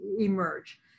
emerge